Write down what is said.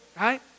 right